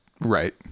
right